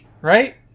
right